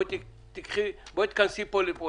תיכנסי לפה.